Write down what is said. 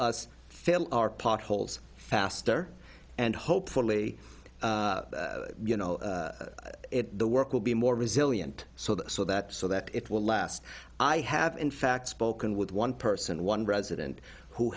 our potholes faster and hopefully you know the work will be more resilient so the so that so that it will last i have in fact spoken with one person one resident who